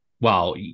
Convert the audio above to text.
wow